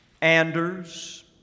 Anders